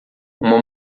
uma